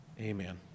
Amen